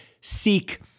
seek